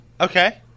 Okay